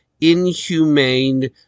inhumane